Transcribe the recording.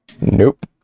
nope